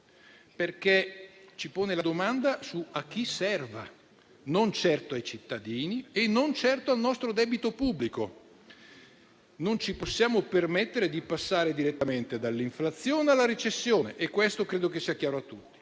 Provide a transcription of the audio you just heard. perché pone la domanda a chi serva: non certo ai cittadini e non certo al nostro debito pubblico. Non ci possiamo permettere di passare direttamente dall'inflazione alla recessione e questo credo che sia chiaro a tutti.